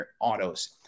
autos